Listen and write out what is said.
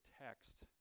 text